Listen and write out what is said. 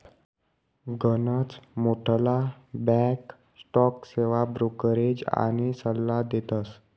गनच मोठ्ठला बॅक स्टॉक सेवा ब्रोकरेज आनी सल्ला देतस